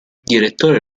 direttore